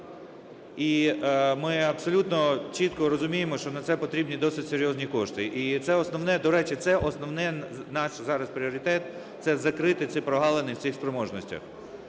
І ми абсолютно чітко розуміємо, що на це потрібні досить серйозні кошти. І це основне… до речі, це основний наш зараз пріоритет – це закрити ці прогалини в цих спроможностях.